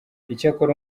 icyakora